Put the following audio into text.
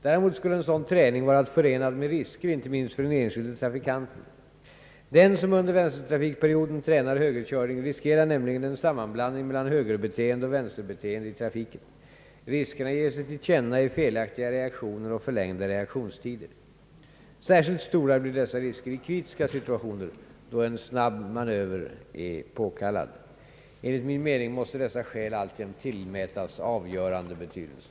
Däremot skulle en sådan träning vara förenad med risker inte minst för den enskilde trafikanten. Den som under vänstertrafikperioden tränar högerkörning riskerar nämligen en sammanblandning mellan högerbeteende och vänsterbeteende i trafiken. Riskerna ger sig till känna i felaktiga reaktioner och förlängda reaktionstider. Särskilt stora blir dessa risker i kritiska situationer, då en snabb manöver är påkallad. Enligt min mening måste dessa skäl alltjämt tillmätas avgörande betydelse.